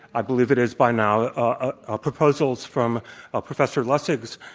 i believe it is by now, ah ah proposals from ah professor lessig's